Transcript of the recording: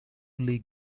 league